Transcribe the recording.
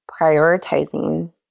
prioritizing